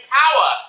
power